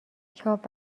چاپ